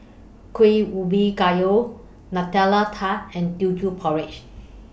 Kueh Ubi Kayu Nutella Tart and Teochew Porridge